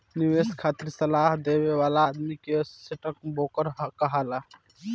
निवेश खातिर सलाह देवे वाला आदमी के स्टॉक ब्रोकर कहाला